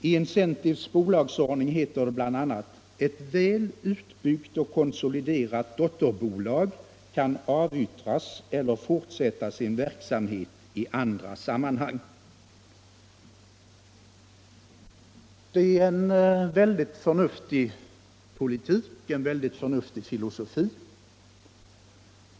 I Incentives bolagsordning heter det bl.a. beträffande verksamheten: ”Ett väl utbyggt och konsoliderat dotterbolag kan avyttras eller fortsätta sin verksamhet i andra sammanhang.” Det är en väldigt förnuftig politik, en förnuftig filosofi.